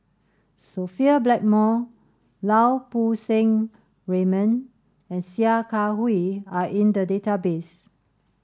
Sophia Blackmore Lau Poo Seng Raymond and Sia Kah Hui are in the database